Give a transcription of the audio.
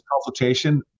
consultation